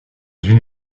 une